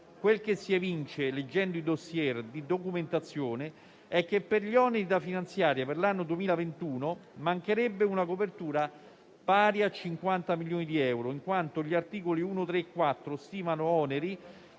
quel che si evince leggendo i *dossier* di documentazione è che per gli oneri da finanziare per l'anno 2021 mancherebbe una copertura pari a 50 milioni di euro, in quanto gli articoli 1, 3 e 4 stimano oneri